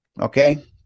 Okay